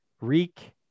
Reek